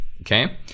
okay